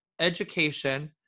education